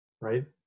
Right